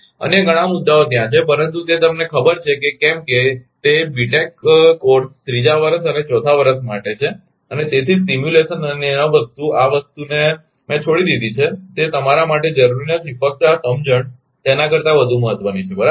અન્ય ઘણા મુદ્દાઓ ત્યાં છે પરંતુ તે તમને ખબર છે કેમ કે તે BTECH કોર્સ ત્રીજા વર્ષ અને ચોથા વર્ષ માટે છે અને તેથી જ સિમ્યુલેશન અને અન્ય વસ્તુ આ વસ્તુને મેં છોડી દીધી છે તે તમારા માટે જરૂરી નથી ફક્ત આ સમજણ તેના કરતાં વધુ મહત્વની છે બરાબર